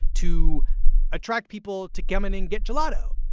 to attract people to come in and get gelato.